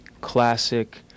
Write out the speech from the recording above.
classic